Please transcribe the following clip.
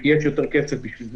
כי יש יותר כסף בשביל זה.